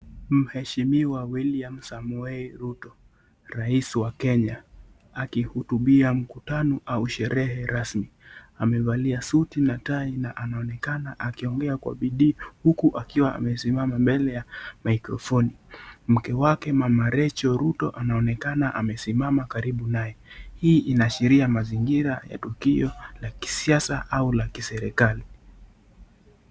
Mheshimiwa William Samoe Ruto Rais wa Kenya akihutubia mkutano au sherehe rasmi, amevalia suti na tai na anaonekana akiongea Kwa bidii huku akiwa amesimama mbele ya mikrophoni ,make wake Mama Recho Ruto anaonekana amesimama karibu naye, hii inaashiria mazingira ya tukio la kisiasa au la kiserikali.